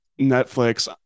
Netflix